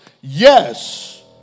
Yes